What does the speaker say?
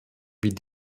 wie